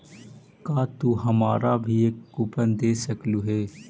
का तू हमारा भी एक कूपन दे सकलू हे